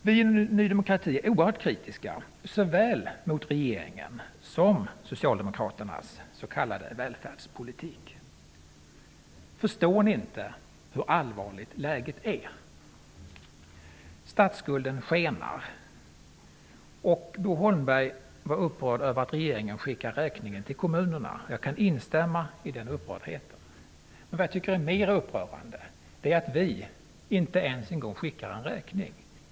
Vi i Ny demokrati är oerhört kritiska såväl mot regeringens som mot Socialdemokraternas s.k. välfärdspolitik. Förstår ni inte hur allvarligt läget är? Statsskulden skenar, och Bo Holmberg var upprörd över att regeringen skickar räkningen till kommunerna. Jag kan instämma i upprördheten, men vad jag tycker är mera upprörande är att vi inte ens en gång skickar en räkning.